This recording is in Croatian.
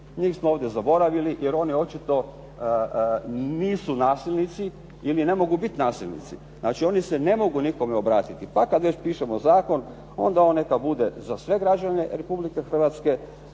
Njih smo ovdje zaboravili jer oni očito nisu nasilnici ili ne mogu biti nasilnici. Znači, oni se ne mogu nikome obratiti. Pa kad već pišemo zakon, onda on neka bude za sve građane Republike Hrvatske,